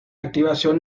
activación